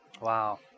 Wow